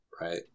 right